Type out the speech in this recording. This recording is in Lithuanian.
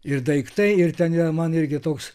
ir daiktai ir ten yra man irgi toks